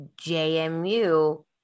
JMU